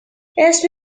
اسم